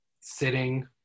sitting